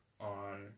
on